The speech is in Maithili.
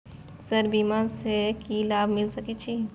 सर बीमा से की लाभ मिल सके छी?